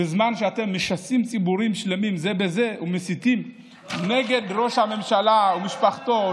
בזמן שאתם משסים ציבורים שלמים זה בזה ומסיתים נגד ראש הממשלה ומשפחתו,